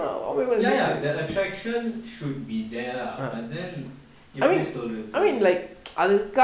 ya ya the attraction should be there lah but then எப்படி சொல்றது:eppadi solrathu